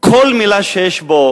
כל מלה שיש בו